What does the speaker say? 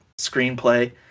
screenplay